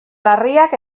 larriak